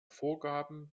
vorgaben